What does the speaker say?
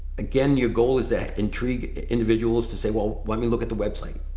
again, your goal is that intrigued individuals to say, well, let me look at the website,